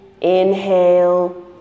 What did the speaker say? inhale